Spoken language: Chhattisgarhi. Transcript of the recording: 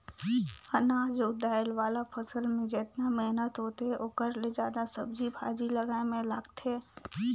अनाज अउ दायल वाला फसल मे जेतना मेहनत होथे ओखर ले जादा सब्जी भाजी लगाए मे लागथे